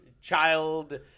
child